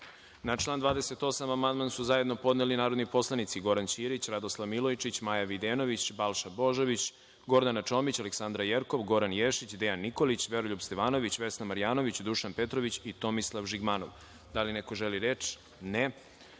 član 28. amandman su zajedno podneli narodni poslanici Goran Ćirić, Radoslav Milojičić, Maja Videnović, Balša Božović, Gordana Čomić, Aleksandra Jerkov, Goran Ješić, Dejan Nikolić, Veroljub Arsić, Vesna Marjanović, Dušan Petrović i Tomislav Žigmanov. Da li neko želi reč?